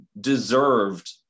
deserved